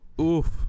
Oof